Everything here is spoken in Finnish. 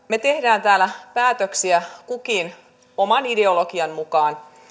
me teemme täällä päätöksiä kukin oman ideologiamme mukaan